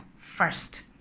first